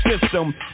system